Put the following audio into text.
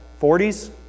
40s